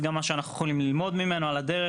גם מה שאנחנו יכולים ללמוד ממנו על הדרך,